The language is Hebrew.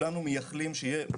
אנחנו מבטיחים להם.